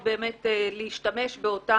בוקר טוב,